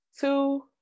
Two